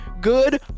good